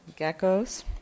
geckos